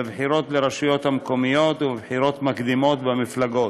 בבחירות לרשויות מקומיות ובבחירות מקדימות במפלגות.